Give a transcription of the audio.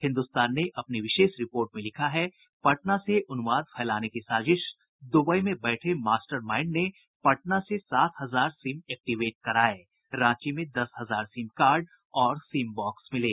हिन्दुस्तान ने अपनी विशेष रिपोर्ट में लिखा है पटना से उन्माद फैलाने की साजिश दुबई में बैठे मास्टमाइंड ने पटना से सात हजार सिम एक्टीवेट कराये रांची में दस हजार सिम कार्ड और सिम बॉक्स मिले